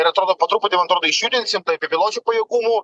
ir atrodo po truputį man atrodo išjudinsim tai bepiločių pajėgumų